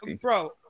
Bro